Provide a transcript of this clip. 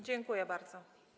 Dziękuję bardzo.